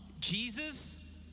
Jesus